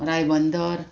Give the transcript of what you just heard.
Ribandar